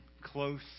close